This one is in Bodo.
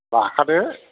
बाखादो